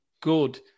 good